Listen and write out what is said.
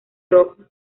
rojo